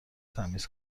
تمیز